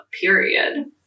period